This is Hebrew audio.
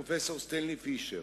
הפרופסור סטנלי פישר.